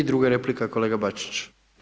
I druga replika, kolega Bačić.